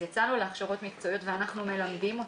יצאנו להכשרות מקצועיות ואנחנו מלמדים אותם,